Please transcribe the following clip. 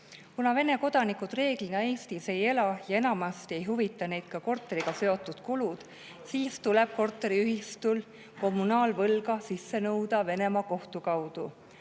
Kuna Vene kodanikud reeglina Eestis ei ela ja enamasti ei huvita neid korteriga seotud kulud, tuleb korteriühistul kommunaalvõlga sisse nõuda Venemaa kohtu kaudu.